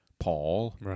Paul